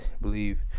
believe